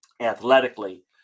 Athletically